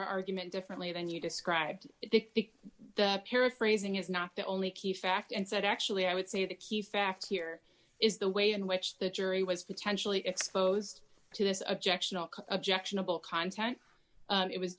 argument differently than you described they think that paraphrasing is not the only key fact and said actually i would say the key fact here is the way in which the jury was potentially exposed to this objection objectionable content it was